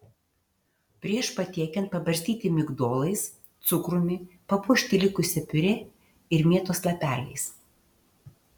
prieš patiekiant pabarstyti migdolais cukrumi papuošti likusia piurė ir mėtos lapeliais